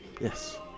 Yes